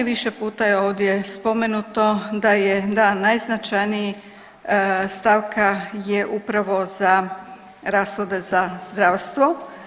Više puta je ovdje spomenuto da je da najznačajniji stavka je upravo za rashode za zdravstvo.